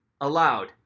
allowed